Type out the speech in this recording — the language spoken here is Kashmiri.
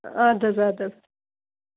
اَدٕ حظ اَدٕ حظ